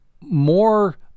more